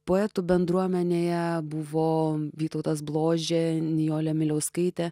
poetų bendruomenėje buvo vytautas bložė nijolė miliauskaitė